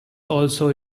also